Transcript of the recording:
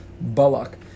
Balak